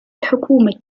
الحكومة